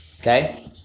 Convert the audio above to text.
Okay